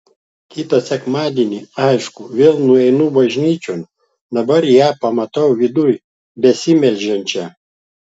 kitą sekmadienį aišku vėl nueinu bažnyčion dabar ją pamatau viduj besimeldžiančią